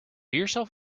yourself